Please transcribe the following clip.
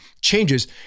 changes